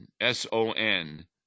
S-O-N